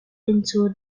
into